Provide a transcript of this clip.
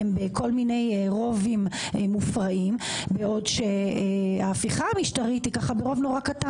הן בכל מיני סוגי רוב מופרעים בעוד שההפיכה המשטרית היא ברוב נורא קטן,